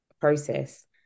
process